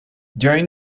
during